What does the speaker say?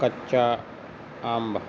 ਕੱਚਾ ਅੰਬ